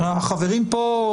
החברים פה,